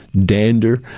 dander